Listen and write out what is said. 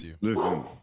Listen